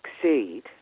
succeed